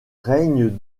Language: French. règne